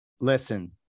listen